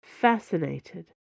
fascinated